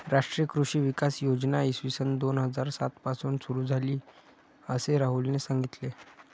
राष्ट्रीय कृषी विकास योजना इसवी सन दोन हजार सात पासून सुरू झाली, असे राहुलने सांगितले